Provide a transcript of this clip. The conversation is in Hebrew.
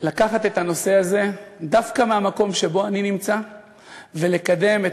לקחת את הנושא הזה דווקא מהמקום שאני נמצא ולקדם את